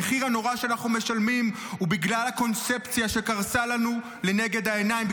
המחיר הנורא שאנחנו משלמים הוא בגלל הקונספציה שקרסה לנו לנגד העיניים.